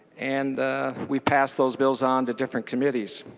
and we passed those bills onto different committees.